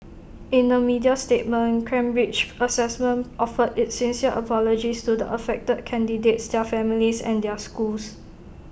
in A media statement Cambridge Assessment offered its sincere apologies to the affected candidates their families and their schools